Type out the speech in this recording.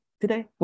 today